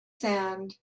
sand